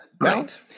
Right